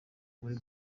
muri